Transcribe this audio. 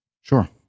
Sure